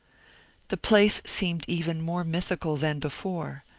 the place seemed even more mythical than before,